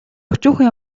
өчүүхэн